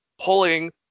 pulling